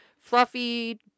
fluffy